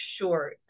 sure